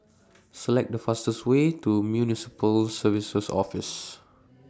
Select The fastest Way to Municipal Services Office